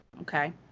Okay